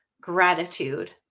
gratitude